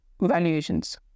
valuations